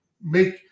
make